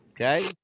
Okay